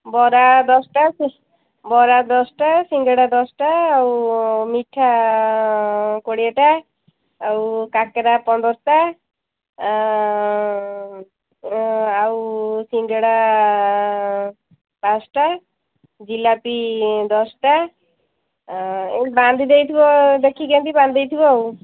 ବରା ଦଶଟା ବରା ଦଶଟା ସିଙ୍ଗେଡ଼ା ଦଶଟା ଆଉ ମିଠା କୋଡ଼ିଏଟା ଆଉ କାକେରା ପାଞ୍ଚ ଦଶଟା ଆଉ ସିଙ୍ଗେଡ଼ା ପାଞ୍ଚଟା ଜିଲାପି ଦଶଟା ଏମିତି ବାନ୍ଧି ଦେଇଥିବ ଦେଖିକି କେମିତି ବାନ୍ଧି ଦେଇଥିବ ଆଉ